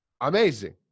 amazing